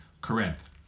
Corinth